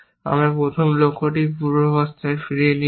আমরা প্রথম লক্ষ্যটি পূর্বাবস্থায় ফিরিয়ে নিয়েছি